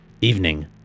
Evening